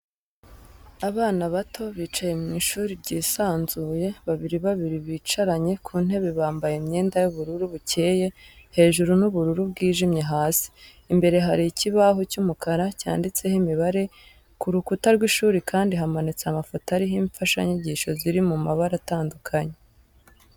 Abana bato bicaye mu ishuri ryisanzuye, babiri babiri bicaranye ku ntebe bambaye imyenda y'ubururu bukeye hejuru n'ubururu bwijimye hasi, imbere hari ikibaho cy'umukara cyanditseho imibare, ku rukuta rw'ishuri kandi hamanitse amafoto ariho imfashanyigisho ziri mu mabara atandukanye.